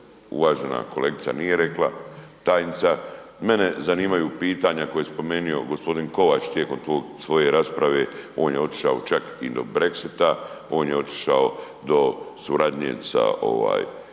uvažena kolegica nije rekla, tajnica. Mene zanimanju pitanja koja je spomenio gospodin Kovač tijekom svoje rasprave, on je otišao čak i do Brexita, on je otišao do suradnje sa ovaj